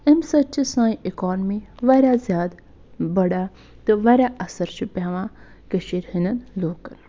اَمہِ سۭتۍ چھِ سٲنۍ اِکانمی واریاہ زیادٕ بَڑھان تہٕ واریاہ اَثَر چھُ پٮ۪وان کٔشیٖرِ ہٕندٮ۪ن لوٗکَن